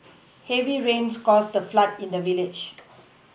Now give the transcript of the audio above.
heavy rains caused a flood in the village